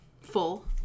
full